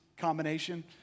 combination